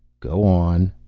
go on.